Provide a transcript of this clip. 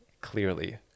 clearly